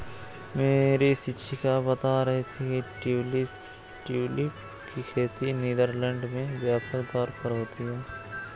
मेरी शिक्षिका बता रही थी कि ट्यूलिप की खेती नीदरलैंड में व्यापक तौर पर होती है